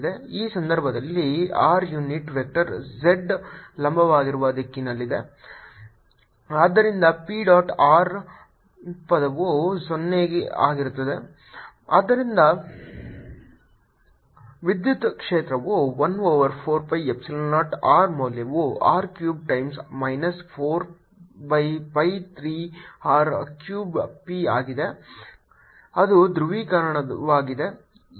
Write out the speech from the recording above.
ಈ ಸಂದರ್ಭದಲ್ಲಿ r unit vector z ಗೆ ಲಂಬವಾಗಿರುವ ದಿಕ್ಕಿನಲ್ಲಿದೆ ಆದ್ದರಿಂದ p ಡಾಟ್ r ಪದವು 0 ಆಗಿರುತ್ತದೆ ಆದ್ದರಿಂದ ವಿದ್ಯುತ್ ಕ್ಷೇತ್ರವು 1 ಓವರ್ 4 pi ಎಪ್ಸಿಲಾನ್ 0 r ಮೌಲ್ಯವು r cube times minus 4 by pi 3 r cube p ಆಗಿದೆ ಅದು ಧ್ರುವೀಕರಣವಾಗಿದೆ